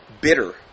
bitter